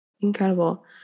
Incredible